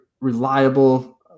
reliable